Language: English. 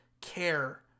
care